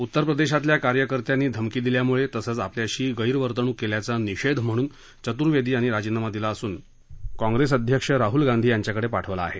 उत्तरप्रदेशातील कार्यकर्त्यांनी धमकी दिल्यामुळे तसंच आपल्याशी गैरवतर्णूक केल्याचा निषेध म्हणून चतुर्वेदी यांनी राजीनामा दिला असुन काँप्रेस अध्यक्ष राहल गांधी यांच्याकडे पाठवला आहे